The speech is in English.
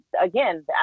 again